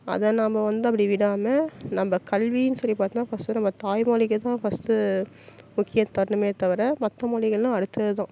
அதை நாம் வந்து அப்படி விடாமல் நம்ம கல்வின்னு சொல்லி பார்த்திங்கனா ஃபஸ்ட்டு நம்ம தாய்மொழிக்கு தான் ஃபஸ்ட்டு முக்கியம் தரணுமே தவிர மற்ற மொழிகள்லாம் அடுத்தது தான்